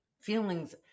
feelings